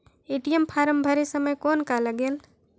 ATM form भरे समय कौन का लगेल?